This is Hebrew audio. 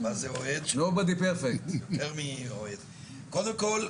קודם כל,